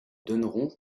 donneront